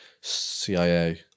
CIA